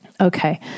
Okay